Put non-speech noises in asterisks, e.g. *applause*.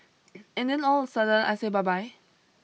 *noise* and then all of a sudden I say bye bye